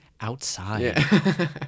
Outside